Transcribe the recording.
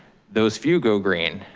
those few go green,